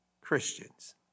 Christians